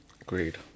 Agreed